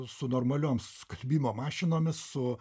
su normaliom skalbimo mašinomis su